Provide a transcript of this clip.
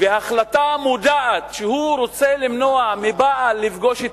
בהחלטה מודעת שהוא רוצה למנוע מבעל לפגוש את